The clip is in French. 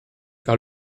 par